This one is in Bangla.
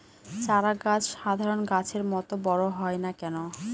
চারা গাছ সাধারণ গাছের মত বড় হয় না কেনো?